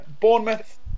Bournemouth